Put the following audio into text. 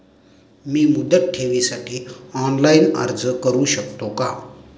मी मुदत ठेवीसाठी ऑनलाइन अर्ज करू शकतो का?